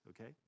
okay